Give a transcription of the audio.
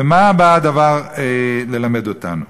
ומה בא הדבר ללמד אותנו?